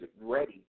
ready